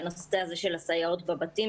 והנושא הזה של הסייעות בבתים,